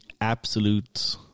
absolute